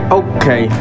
okay